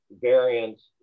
variants